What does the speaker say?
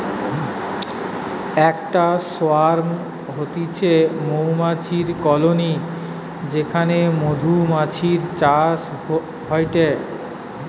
একটা সোয়ার্ম হতিছে মৌমাছির কলোনি যেখানে মধুমাছির চাষ হয়টে